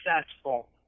successful